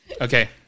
Okay